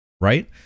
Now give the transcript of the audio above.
Right